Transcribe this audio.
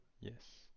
yes